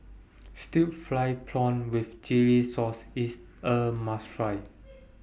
Stir Fried Prawn with Chili Sauce IS A must Try